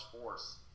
force